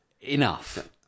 Enough